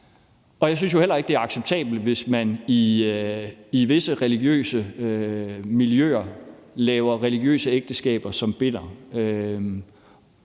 Jeg synes jo heller ikke, det er acceptabelt, hvis man i visse religiøse miljøer laver religiøse ægteskaber, som binder.